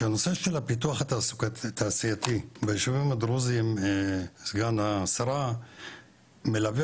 שהנושא של הפיתוח התעשייתי בישובים הדרוזים - סגן השרה - מלווה